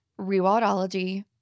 Rewildology